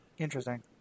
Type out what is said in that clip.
Interesting